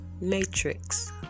matrix